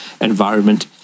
environment